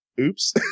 Oops